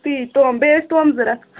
تی تِم بیٚیہِ ٲسۍ تِم ضروٗرت